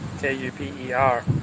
K-U-P-E-R